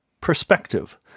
Perspective